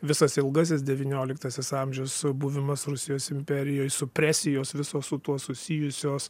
visas ilgasis devynioliktasis amžius buvimas rusijos imperijoj supresijos visos su tuo susijusios